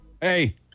Hey